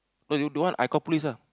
cause you don't want I call police lah